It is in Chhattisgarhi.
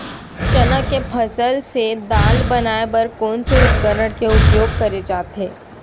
चना के फसल से दाल बनाये बर कोन से उपकरण के उपयोग करे जाथे?